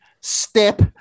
step